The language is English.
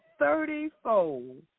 thirtyfold